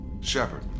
Shepard